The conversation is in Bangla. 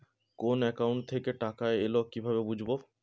কোন একাউন্ট থেকে টাকা এল কিভাবে বুঝব?